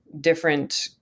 different